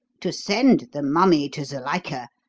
to send the mummy to zuilika,